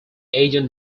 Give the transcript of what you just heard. agent